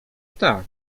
tak